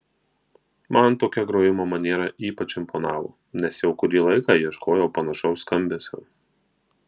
man tokia grojimo maniera ypač imponavo nes jau kurį laiką ieškojau panašaus skambesio